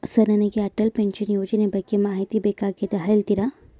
Sir ನನಗೆ Atal pension ಯೋಜನೆ ಬಗ್ಗೆ ಮಾಹಿತಿ ಬೇಕಾಗ್ಯದ ಹೇಳ್ತೇರಾ?